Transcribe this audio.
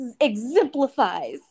exemplifies